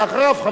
ואחריו,